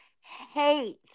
hate